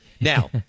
Now